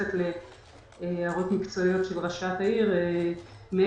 מתייחסת להערות מקצועיות של ראשת העיר מעבר